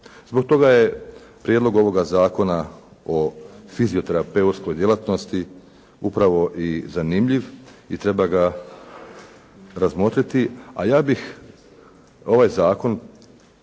Zbog toga je prijedlog ovoga Zakona o fizioterapeutskoj djelatnosti upravo i zanimljiv i treba ga razmotriti, a ja bih ovaj zakon